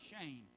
shame